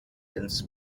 ins